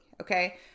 Okay